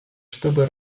чтобы